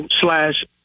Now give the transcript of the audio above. slash